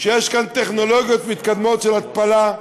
כשיש כאן טכנולוגיות מתקדמות של התפלה,